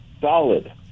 solid